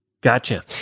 Gotcha